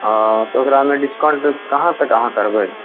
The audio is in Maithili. ओ तऽ ओकरामे डिस्काउंट कहाँ तक अहाँ करबै